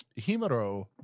Himuro